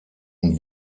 und